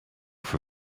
for